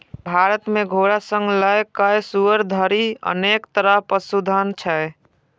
भारत मे घोड़ा सं लए कए सुअर धरि अनेक तरहक पशुधन छै